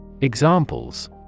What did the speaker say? Examples